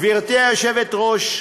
גברתי היושבת-ראש,